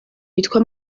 yitwa